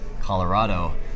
Colorado